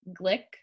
Glick